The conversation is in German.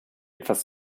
etwas